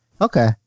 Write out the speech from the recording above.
Okay